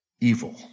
evil